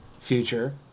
future